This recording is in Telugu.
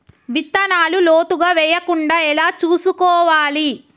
విత్తనాలు లోతుగా వెయ్యకుండా ఎలా చూసుకోవాలి?